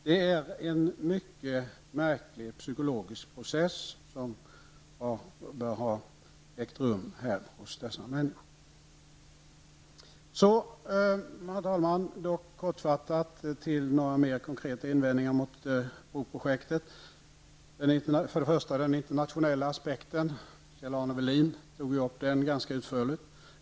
Det är en mycket märklig psykologisk process som måste ha ägt rum hos dessa människor. Herr talman! Så kortfattat om några mera konkreta invändningar mot broprojektet. När det gäller den internationella aspekten redogjorde Kjell-Arne Welin för den ganska utförligt.